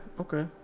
okay